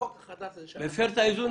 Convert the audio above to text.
האם בחוק החדש הזה כן הופר האיזון?